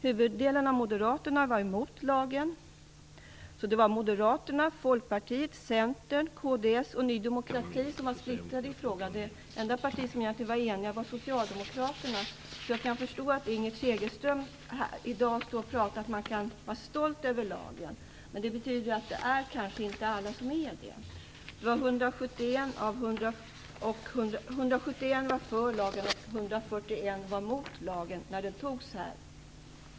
Huvuddelen av Moderaterna var mot lagen. Så Moderaterna, Folkpartiet, Centern, kds och Ny demokrati var splittrade i frågan. Det enda parti som egentligen var enigt var Socialdemokraterna, så jag förstår att Inger Segelström i dag kan säga att man kan vara stolt över lagen. Men det betyder ju inte att alla faktiskt är stolta över den. Det var 171 ledamöter som var för lagen, och 141 var mot lagen vid omröstningen här i kammaren.